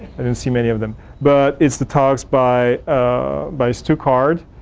i didn't see many of them but it's the talks by ah by stu card,